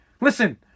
listen